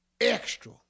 extra